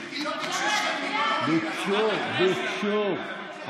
מיקי, לא ביקשו שמית, ביקשו.